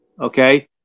okay